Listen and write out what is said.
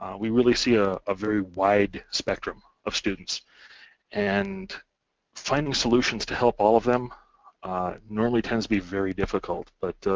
we really see a ah very wide spectrum of students and finding solutions to help all of them normally tends to be very difficult but